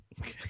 okay